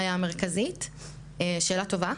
שאלה טובה.